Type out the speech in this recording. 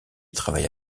travaille